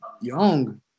young